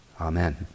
Amen